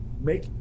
make